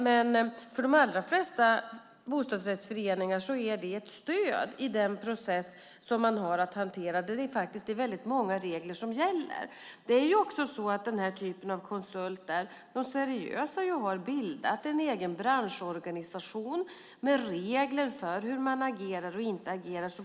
Men för de allra flesta bostadsrättsföreningar är det ett stöd i den process som man har att hantera där det är väldigt många regler som gäller. För den här typen av konsulter har de seriösa bildat en egen branschorganisation med regler för hur man agerar och inte agerar.